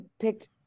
picked